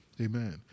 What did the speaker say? Amen